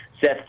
Seth